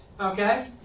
okay